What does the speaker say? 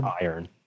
iron